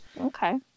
Okay